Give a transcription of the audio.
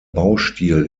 baustil